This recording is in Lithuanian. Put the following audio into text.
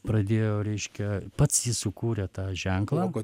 pradėjo reiškia pats sukūrė tą ženklą